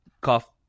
cough